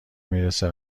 میرسه